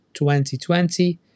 2020